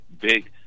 big